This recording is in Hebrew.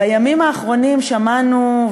בימים האחרונים שמענו,